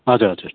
हजुर हजुर